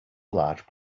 large